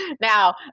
now